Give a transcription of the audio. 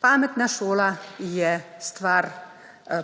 Pametna šola je stvar